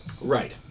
Right